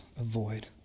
avoid